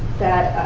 that